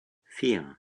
vier